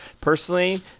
Personally